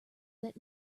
that